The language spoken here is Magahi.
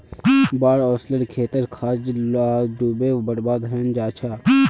बाढ़ ओस्ले खेतेर गाछ ला डूबे बर्बाद हैनं जाहा